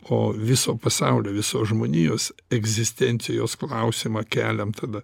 o viso pasaulio visos žmonijos egzistencijos klausimą keliam tada